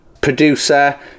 producer